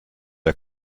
der